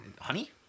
Honey